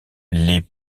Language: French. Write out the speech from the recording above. les